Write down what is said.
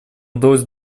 удалось